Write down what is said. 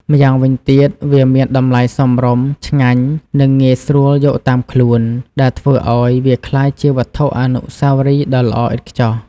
ម្យ៉ាងវិញទៀត វាមានតម្លៃសមរម្យ ឆ្ងាញ់ និងងាយស្រួលយកតាមខ្លួន ដែលធ្វើឱ្យវាក្លាយជាវត្ថុអនុស្សាវរីយ៍ដ៏ល្អឥតខ្ចោះ។